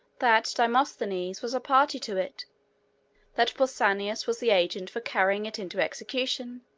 that demosthenes was a party to it that pausanias was the agent for carrying it into execution